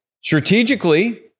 Strategically